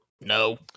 No